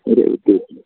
سورُے کیٚنٛہہ چھُ